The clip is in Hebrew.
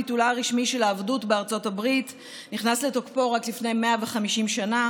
ביטולה הרשמי של העבדות בארצות הברית נכנס לתוקפו רק לפני 150 שנה,